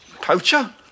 Poacher